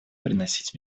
приносить